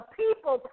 people